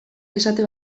esate